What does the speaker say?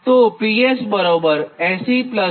તો PS 80 5